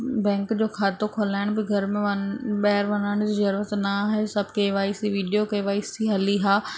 bank जो खातो खोलाइण बि घर में वा ॿाहिरि वञण जी ज़रूरत न आहे सभु K Y C video K Y C हली आहे